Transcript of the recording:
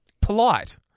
polite